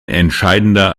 entscheidender